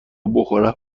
بخورم